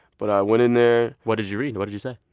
but i went in there what'd you read? what'd you say?